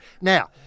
now